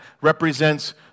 represents